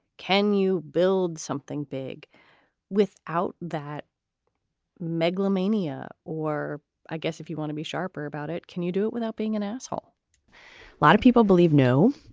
can you build something big without that megalomania or i guess if you want to be sharper about it, can you do it without being an asshole? a lot of people believe no.